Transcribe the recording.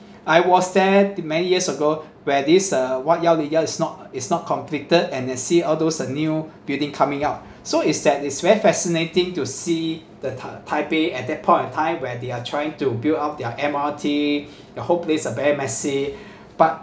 I was there many years ago where this uh what 幺零幺 is not is not completed and I see all those new building coming out so is that is very fascinating to see the tai~ taipei at that point of time where they are trying to build up their M_R_T the whole place are very messy but